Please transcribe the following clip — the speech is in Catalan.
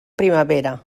primavera